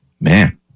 Man